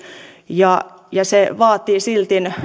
ja ja se vaatii silti